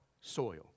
soil